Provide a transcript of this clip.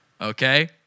Okay